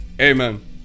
Amen